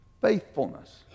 Faithfulness